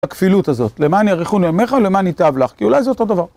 הכפילות הזאת, למען יאריכון ימיך, למען ייטב לך, כי אולי זה אותו דבר.